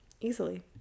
easily